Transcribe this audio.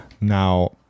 Now